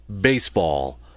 baseball